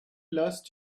lost